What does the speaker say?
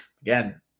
again